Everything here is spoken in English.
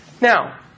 Now